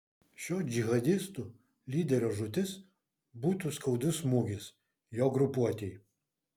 šio džihadistų lyderio žūtis būtų skaudus smūgis jo grupuotei